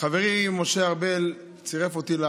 חברי משה ארבל צירף אותי,